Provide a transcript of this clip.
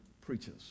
preachers